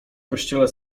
kościele